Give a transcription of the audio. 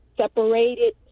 separated